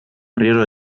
ajoarriero